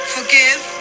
Forgive